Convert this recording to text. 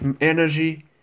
energy